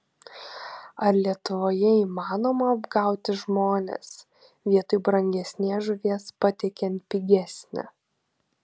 ar lietuvoje įmanoma apgauti žmones vietoj brangesnės žuvies patiekiant pigesnę